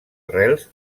arrels